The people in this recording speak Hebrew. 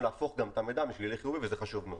להפוך גם משלילי לחיובי וזה חשוב מאוד.